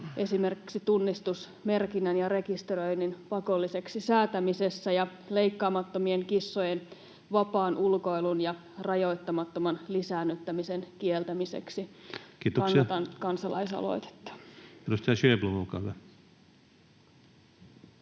esimerkiksi tunnistusmerkinnän ja rekisteröinnin pakolliseksi säätämisessä ja leikkaamattomien kissojen vapaan ulkoilun ja rajoittamattoman lisäännyttämisen kieltämiseksi. Kannatan kansalaisaloitetta. [Speech 119] Speaker: